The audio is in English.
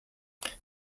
that